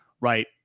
right